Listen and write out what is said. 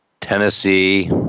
Tennessee